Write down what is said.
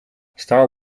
star